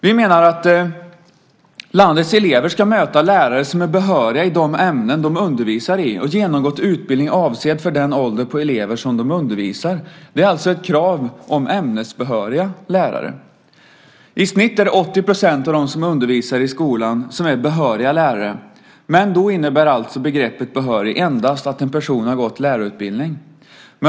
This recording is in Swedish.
Vi menar att landets elever ska möta lärare som är behöriga i de ämnen de undervisar i och har genomgått utbildning avsedd för åldern på de elever som de undervisar. Det är alltså ett krav om ämnesbehöriga lärare. I snitt är 80 % av dem som undervisar i skolan behöriga lärare, men då innebär alltså begreppet "behörig" endast att en person har gått en lärarutbildning.